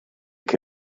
che